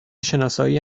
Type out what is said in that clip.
شناسایی